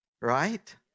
right